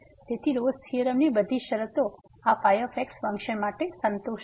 તેથી રોલ્સRolle's થીયોરમની બધી શરતો આ x ફંક્શન માટે સંતુષ્ટ છે